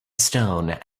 stone